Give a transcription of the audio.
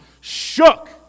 shook